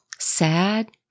sad